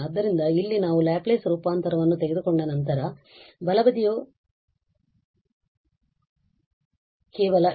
ಆದ್ದರಿಂದ ಇಲ್ಲಿ ನಾವು ಲ್ಯಾಪ್ಲೇಸ್ ರೂಪಾಂತರವನ್ನು ತೆಗೆದುಕೊಂಡ ನಂತರ ಬಲಬದಿಯು ಕೇವಲ e −3s ಗಳನ್ನು ಹೊಂದಿರುತ್ತದೆ